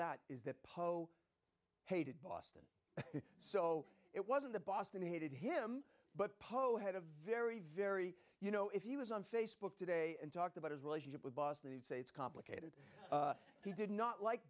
that is that polk hated boston so it wasn't the boston hated him but poet had a very very you know if he was on facebook today and talked about his relationship with boston they'd say it's complicated he did not like